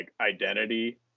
identity